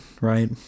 right